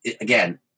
again